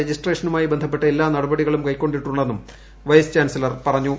രജിസ്ട്രേഷനുമായി ബന്ധപ്പെട്ട എല്ലാ നടപടികളും കൈക്കൊണ്ടിട്ടുണ്ടെന്നും വൈസ് ചാൻസിലർ പറഞ്ഞു